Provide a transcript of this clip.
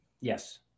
Yes